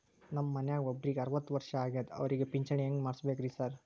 ನಮ್ ಮನ್ಯಾಗ ಒಬ್ರಿಗೆ ಅರವತ್ತ ವರ್ಷ ಆಗ್ಯಾದ ಅವ್ರಿಗೆ ಪಿಂಚಿಣಿ ಹೆಂಗ್ ಮಾಡ್ಸಬೇಕ್ರಿ ಸಾರ್?